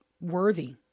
worthy